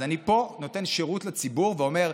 אז אני פה נותן שירות לציבור ואומר: